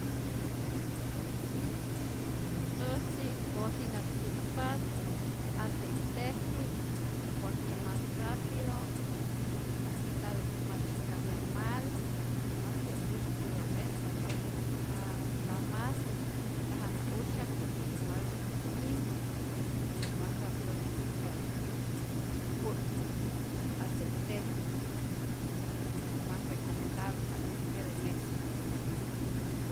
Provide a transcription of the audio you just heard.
Äjtzi nkosina tzäkpatä aceiteji'k por que mas rapido y y ntatä mas tzyäjkapya mal, na mas que usytyitä mespa, nta nta mas, nta jana'usyak por que igual dañino, y mas rapidotä ntzäkpa äjtyä nku'tku aceiteji'k y mas recomendable ja'kutyä jete mesu.